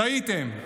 טעיתם.